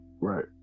Right